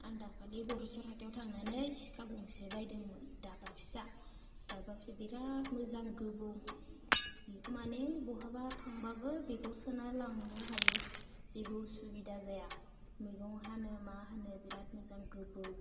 आं दाखालि गरसा हाथाइयाव थांनानै सिखा गंसे बायदोंमोन दाबा फिसा दाबाखौ बिराथ मोजां गोबौ बिखौ मानि बहाबा थांबाबो बेगाव सोनानै लांनो हायो जेबो उसुबिदा जाया मैगं हानो मा हानो बिराथ मोजां गोबौ